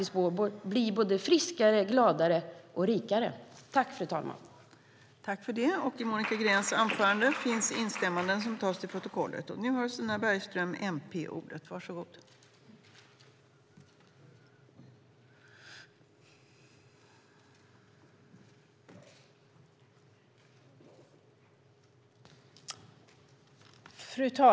I detta anförande instämde Roza Güclü Hedin, Lars Johansson, Lars Mejern Larsson, Désirée Liljevall, Leif Pettersson, Suzanne Svensson och Anders Ygeman .